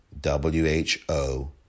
W-H-O